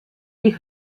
die